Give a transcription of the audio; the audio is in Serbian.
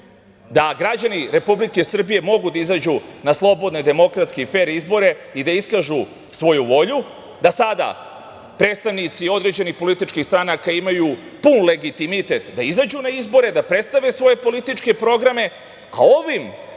da građani Republike Srbije mogu da izađu na slobodne, demokratske i fer izbore i da iskažu svoju volju, da sada predstavnici određenih političkih stranaka imaju pun legitimitet da izađu na izbore, da predstave svoje političke programe, a ovim